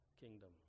kingdom